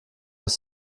des